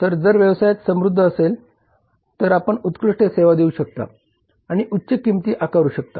तर जर व्यवसाय समृद्ध असेल तर आपण उत्कृष्ट सेवा देऊ शकता आणि उच्च किंमती आकारू शकता